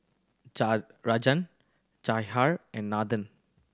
Rajan Jahangir and Nathan